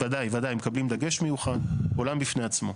הם מקבלים דגש מיוחד, עולם בפני עצמו.